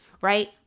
right